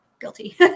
guilty